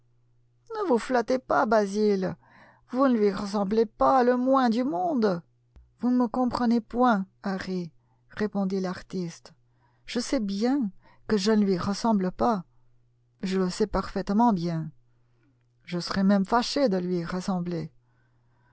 ne vous flattez pas basil vous ne lui ressemblez pas le moins du monde vous ne me comprenez point harry répondit l'artiste je sais bien que je ne lui ressemble pas je le sais parfaitement bien je serais même fâché de lui ressembler